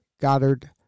Goddard